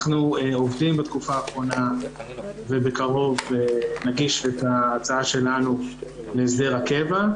אנחנו עובדים בתקופה האחרונה ובקרוב נגיש את ההצעה שלנו להסדר הקבע,